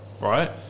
right